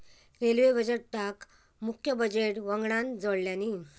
railway बजेटका मुख्य budget वंगडान जोडल्यानी